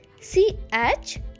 C-H